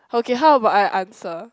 okay how about I answer